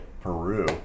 Peru